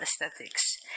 aesthetics